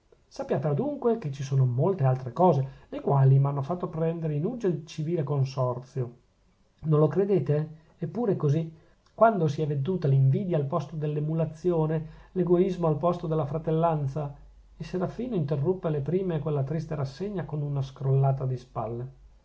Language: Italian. sappiate adunque che ci sono molte altre cose le quali m'hanno fatto prendere in uggia il civile consorzio non lo credete eppure è così quando si è veduta l'invidia al posto dell'emulazione l'egoismo al posto della fratellanza il serafino interruppe alle prime quella triste rassegna con una crollata di spalle